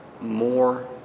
more